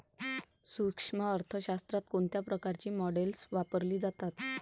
सूक्ष्म अर्थशास्त्रात कोणत्या प्रकारची मॉडेल्स वापरली जातात?